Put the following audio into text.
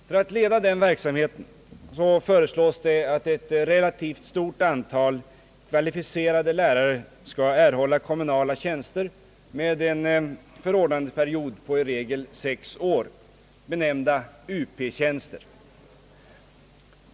För att leda denna verksamhet föreslås att ett relativt stort antal kvalificerade lärare skall erhålla kommunala tjänster med en förordnandeperiod på i regel sex år, benämnda Up-tjänster.